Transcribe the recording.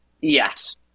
Yes